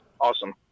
awesome